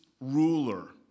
ruler